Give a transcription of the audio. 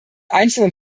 einzelnen